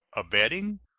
abetting,